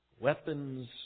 Weapons